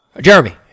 Jeremy